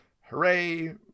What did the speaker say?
hooray